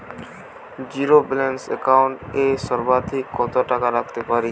Zero balance account এ সর্বাধিক কত টাকা রাখতে পারি?